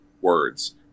words